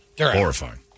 Horrifying